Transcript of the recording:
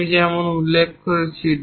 আমি যেমন উল্লেখ করেছি